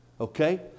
Okay